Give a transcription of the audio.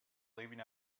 leaving